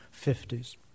50s